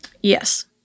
Yes